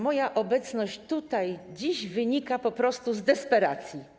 Moja obecność tutaj dziś wynika po prostu z desperacji.